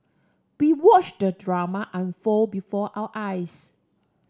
we watch the drama unfold before our eyes